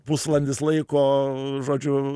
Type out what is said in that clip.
pusvalandis laiko žodžiu